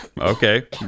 Okay